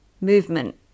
movement